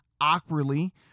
awkwardly